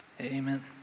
amen